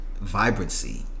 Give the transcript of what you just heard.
vibrancy